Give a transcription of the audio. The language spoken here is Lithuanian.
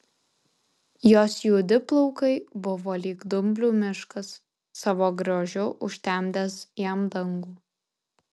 jos juodi plaukai buvo lyg dumblių miškas savo grožiu užtemdęs jam dangų